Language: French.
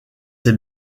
ses